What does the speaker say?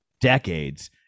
decades